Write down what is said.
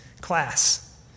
class